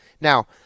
Now